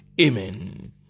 Amen